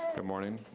and morning.